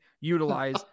utilize